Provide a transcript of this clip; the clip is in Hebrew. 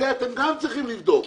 זה אתם גם צריכים לבדוק.